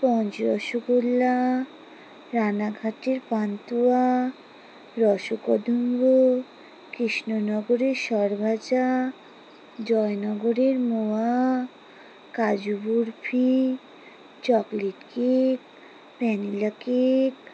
sponge rasgulla রানাঘাটের পান্তুয়া রসকদম্ব কৃষ্ণনগরের সরভাজা জয়নগরের মোয়া kaju barfi chocolate cake vanilla cake